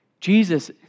Jesus